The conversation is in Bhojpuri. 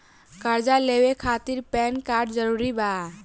कर्जा लेवे खातिर पैन कार्ड जरूरी बा?